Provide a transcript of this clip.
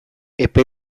epe